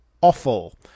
awful